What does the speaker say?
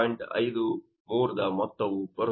53ದ ಮೊತ್ತವು ಬರುತ್ತದೆ